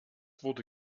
wurde